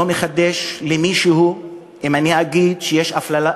אני לא מחדש למישהו אם אני אגיד שיש הפליה